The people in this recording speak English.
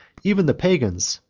even the pagans,